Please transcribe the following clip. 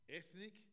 ethnic